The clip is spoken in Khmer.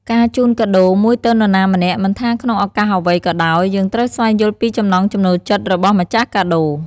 ការជូនកាដូមួយទៅនរណាម្នាក់មិនថាក្នុងឧកាសអ្វីក៏ដោយ យើងត្រូវស្វែងយល់ពីចំណង់ចំណូលចិត្តរបស់ម្ចាស់កាដូ។